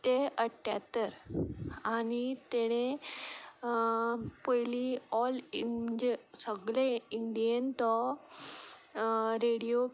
ते अट्ट्यात्तर आनी ताणें पयलीं ऑल इं म्हणजे सगले इंडियेन तो रेडियो